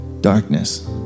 darkness